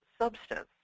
substance